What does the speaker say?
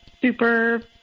super